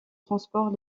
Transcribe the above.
transport